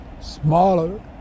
smaller